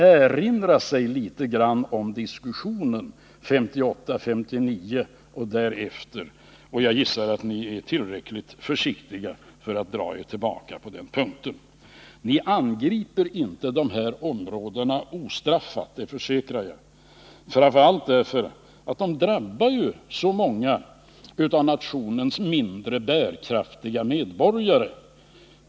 Erinra sig litet grand av diskussionen 1958 och 1959 samt därefter, och jag gissar att ni är tillräckligt försiktiga för att dra er tillbaka på den punkten. Ni angriper inte de här områdena ostraffade — det försäkrar jag — framför allt därför att det skulle drabba så många av nationens mindre bärkraftiga medborgare.